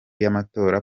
y’amatora